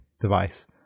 device